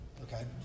okay